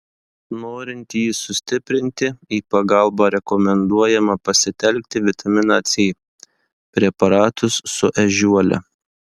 norint jį sustiprinti į pagalbą rekomenduojama pasitelkti vitaminą c preparatus su ežiuole